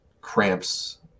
cramps